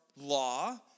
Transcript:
law